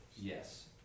Yes